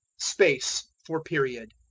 space for period.